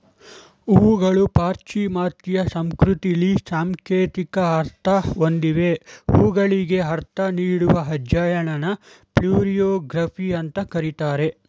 ಹೂಗಳು ಪಾಶ್ಚಿಮಾತ್ಯ ಸಂಸ್ಕೃತಿಲಿ ಸಾಂಕೇತಿಕ ಅರ್ಥ ಹೊಂದಿವೆ ಹೂಗಳಿಗೆ ಅರ್ಥ ನೀಡುವ ಅಧ್ಯಯನನ ಫ್ಲೋರಿಯೊಗ್ರಫಿ ಅಂತ ಕರೀತಾರೆ